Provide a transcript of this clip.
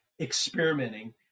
experimenting